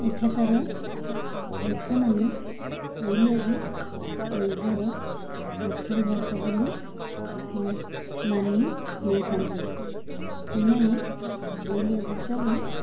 ଏଠାକାର ଲୋକମାନେ ଓଡ଼ିଆକୁ ନିଜର ମାତୃଭାଷା ବୋଲି ମାନି ନେଇଥାନ୍ତି ସେମାନେ ଓଡ଼ିଆ ଭାଷାକୁ